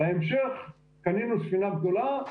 בהמשך קנינו ספינה גדולה,